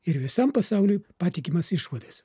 ir visam pasauliui patikimas išvadas